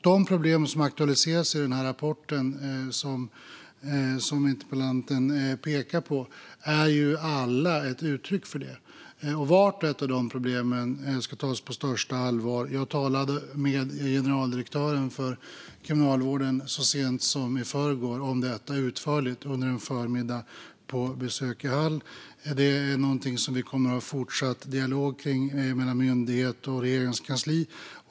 De problem som aktualiseras i den rapport som interpellanten pekar på är alla ett uttryck för detta. Vart och ett av dessa problem ska tas på största allvar. Jag talade utförligt om detta med Kriminalvårdens generaldirektör så sent som i förrgår under en förmiddag på besök i Hall. Det är något som vi kommer att ha en fortsatt dialog kring mellan myndighet och regeringskansli.